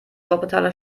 wuppertaler